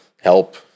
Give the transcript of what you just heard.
help